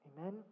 Amen